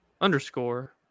underscore